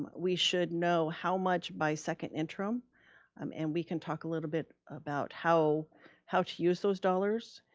we should know how much by second interim um and we can talk a little bit about how how to use those dollars.